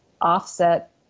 offset